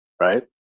right